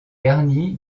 garni